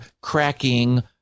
cracking